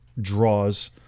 draws